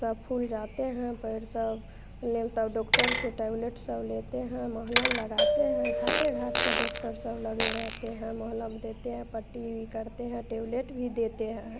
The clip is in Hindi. सब फुल जाते हैं पैर सब ले तब डॉक्टर से टेबलेट सब लेते हैं महलम लगाते हैं घाटे घाट पर डॉक्टर सब लगे रहते हैं महलम देते हैं पट्टी भी करते हैं टेबलेट भी देते हैं